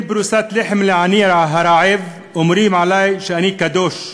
פרוסת לחם לעני הרעב אומרים עלי שאני קדוש,